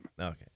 Okay